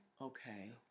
Okay